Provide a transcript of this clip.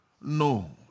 no